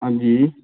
हां जी